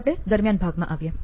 હવે આપણે 'દરમ્યાન' ભાગમાં આવીએ